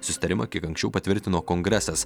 susitarimą kiek anksčiau patvirtino kongresas